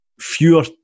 fewer